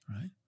right